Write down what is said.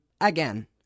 again